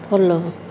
follow